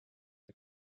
the